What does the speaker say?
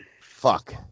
Fuck